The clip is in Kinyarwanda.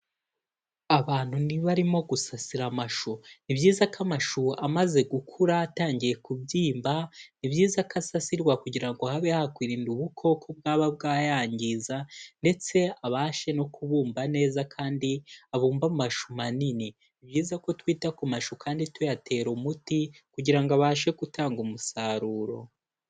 Abantu barimo gusasira amashu, ni ibyiza ko amashu amaze gukura atangiye kubyimba, ni byiza ko asasirwa kugira ngo habe hakwirinda ubukoko bwaba bwayangiza, ndetse abashe no kubumba neza kandi abumbe amashu manini, ni byiza ko twita ku mashu kandi tuyatera umuti kugira ngo abashe gutanga umusaruro.